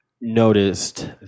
noticed